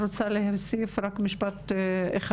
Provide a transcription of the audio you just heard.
אני רוצה להוסיף רק משפט אחד,